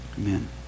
Amen